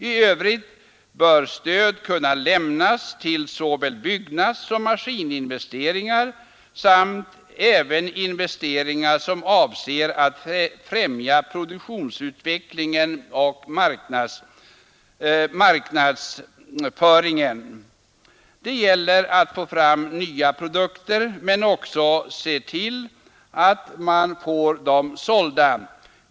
I övrigt bör stöd kunna lämnas till såväl byggnadssom maskininvesteringar samt även till investeringar som avser att främja produktutveckling och marknadsföring. Det gäller att få fram nya produkter men också att se till att få dem sålda.